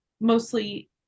mostly